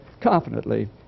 confidently